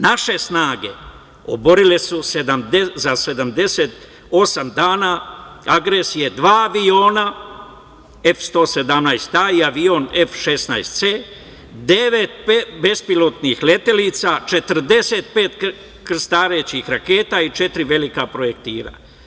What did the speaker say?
Naše snage oborile su za 78 dana agresije dva aviona, F-117A i avion F-16C, devet bez pilotnih letelica, 45 krstarećih raketa i četiri velika projektila.